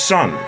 Son